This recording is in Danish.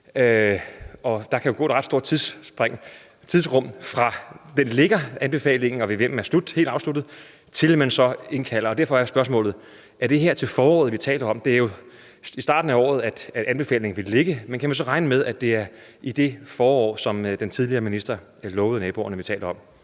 Der kan jo gå ret lang tid, fra anbefalingen ligger og VVM'en er helt afsluttet, og til, at man så indkalder forligskredsen, og derfor er spørgsmålet: Er det her til foråret, vi taler om? Det er jo i starten af året, anbefalingen vil ligge, men kan man så regne med, at det er det forår, som den tidligere minister lovede naboerne, vi taler om?